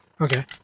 Okay